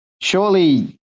Surely